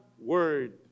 word